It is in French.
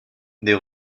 des